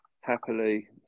happily